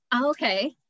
okay